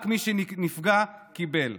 רק מי שנפגע, קיבל.